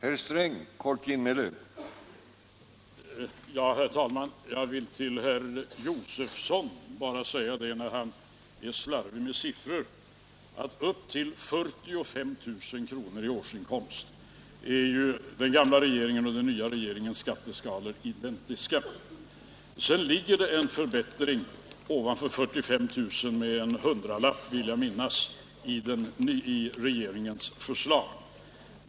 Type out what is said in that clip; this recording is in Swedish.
Herr talman! Herr Josefson är slarvig med siffror. För årsinkomster upp till 45 000 kr. är den gamla och den nya regeringens skatteskalor identiska. Sedan ligger det en förbättring ovanpå 45 000 kr. med en hundralapp, vill jag minnas, i regeringens förslag.